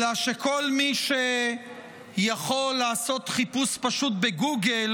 אלא שכל מי שיכול לעשות חיפוש פשוט בגוגל